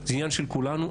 זה עניין של כולנו.